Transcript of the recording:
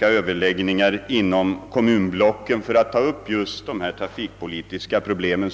överläggningar inom kommunblocken beträffande de trafikpolitiska problemen.